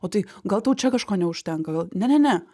o tai gal tau čia kažko neužtenka gal ne ne ne